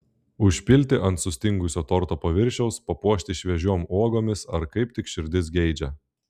užpilti ant sustingusio torto paviršiaus papuošti šviežiom uogomis ar kaip tik širdis geidžia